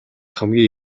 хамгийн